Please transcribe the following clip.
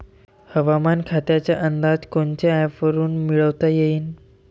हवामान खात्याचा अंदाज कोनच्या ॲपवरुन मिळवता येईन?